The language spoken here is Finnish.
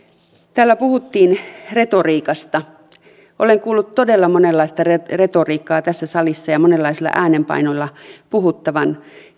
täällä puhuttiin retoriikasta olen kuullut todella monenlaista retoriikkaa tässä salissa ja monenlaisilla äänenpainoilla puhuttavan